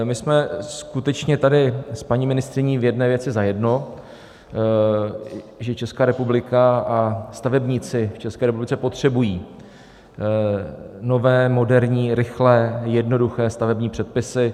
My jsme skutečně tady s paní ministryní v jedné věci zajedno, že Česká republika a stavebníci v České republice potřebují nové, moderní, rychlé, jednoduché stavební předpisy.